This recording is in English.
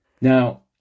Now